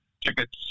tickets